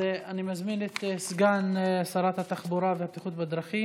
אדוני השר, אתה יכול לחזור למושבך.